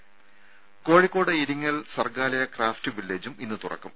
രമേ കോഴിക്കോട് ഇരിങ്ങൽ സർഗ്ഗാലയ ക്രാഫ്റ്റ് വില്ലേജും ഇന്ന് തുറക്കും